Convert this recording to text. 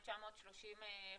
עם 930 חוקרים אפידמיולוגיים.